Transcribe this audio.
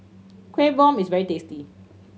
Kueh Bom is very tasty